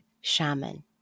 shaman